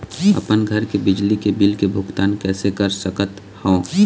अपन घर के बिजली के बिल के भुगतान कैसे कर सकत हव?